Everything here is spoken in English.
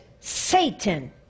Satan